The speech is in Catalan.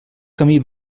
camí